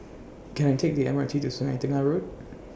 Can I Take The M R T to Sungei Tengah Road